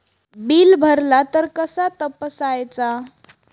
Bill भरला तर कसा तपसायचा?